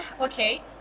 okay